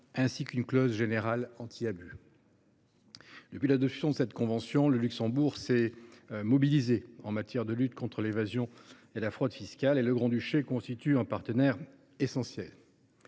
ainsi que d’une clause générale anti abus. Depuis l’adoption de cette convention, le Luxembourg s’est mobilisé en matière de lutte contre l’évasion et la fraude fiscales, et le Grand Duché constitue l’un de nos partenaires essentiels.